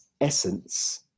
essence